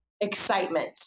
Excitement